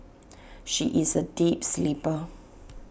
she is A deep sleeper